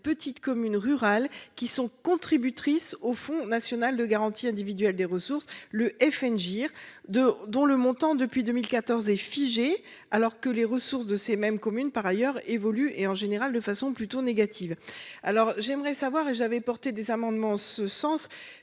petites communes rurales qui sont contributrices au Fonds national de garantie individuelle des ressources. Le FN GIR de dont le montant depuis 2014 et figé alors que les ressources de ces mêmes communes par ailleurs évolue et en général de façon plutôt négative, alors j'aimerais savoir et j'avais porté des amendements en ce sens-ci